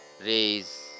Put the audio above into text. raise